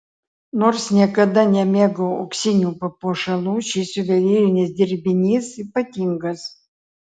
nors niekada nemėgau auksinių papuošalų šis juvelyrinis dirbinys ypatingas